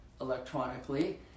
electronically